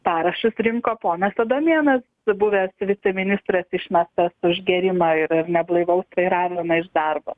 parašus rinko ponas adomėnas buvęs viceministras išmestas už gėrimą ir ir neblaivaus vairavimą iš darbo